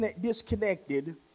disconnected